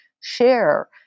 share